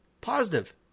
positive